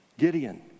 Gideon